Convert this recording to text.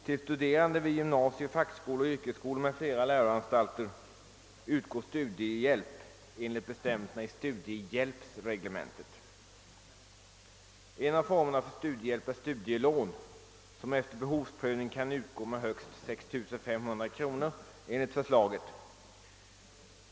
Till studerande vid gymnasier, fackskolor, yrkesskolor med flera läroanstalter utgår studiehjälp enligt bestämmelserna i studiehjälpsreglementet. En av formerna för studiehjälp är studielån, som enligt förslaget efter behovsprövning kan utgå med högst 6 500 kronor.